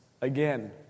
Again